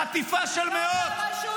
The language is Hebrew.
חטיפה של מאות,